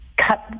Cut